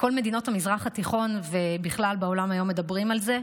בכל מדינות המזרח התיכון ובכלל בעולם היום מדברים על זה.